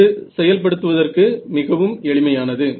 இதில் செயல்படுத்துவதற்கு மிகவும் எளிமையானது